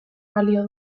balio